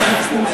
ואז נמשיך.